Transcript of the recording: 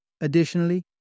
Additionally